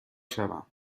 شوم